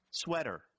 sweater